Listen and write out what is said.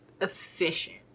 efficient